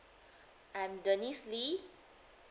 I'm denise lee